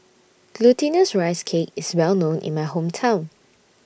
Glutinous Rice Cake IS Well known in My Hometown